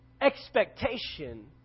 expectation